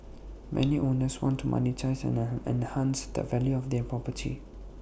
many owners want to monetise and enhance the value of their property